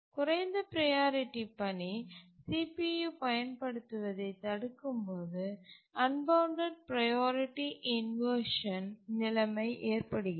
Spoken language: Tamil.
குறைந்த ப்ரையாரிட்டி பணி CPU பயன்படுத்துவதைத் தடுக்கும்போது அன்பவுண்டட் ப்ரையாரிட்டி இன்வர்ஷன் நிலைமை ஏற்படுகிறது